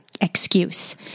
excuse